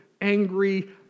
angry